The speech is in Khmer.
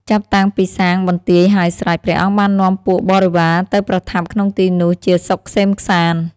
ចាប់តាំងពីសាងបន្ទាយហើយស្រេច ព្រះអង្គបាននាំពួកបរិវារទៅប្រថាប់ក្នុងទីនោះជាសុខក្សេមក្សាន្ត ។